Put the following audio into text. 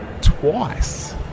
twice